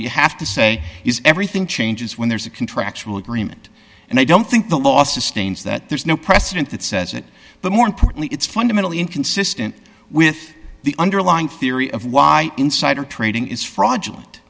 you have to say is everything changes when there's a contractual agreement and i don't think the law sustains that there's no precedent that says it but more importantly it's fundamentally inconsistent with the underlying theory of why insider trading is fraudulent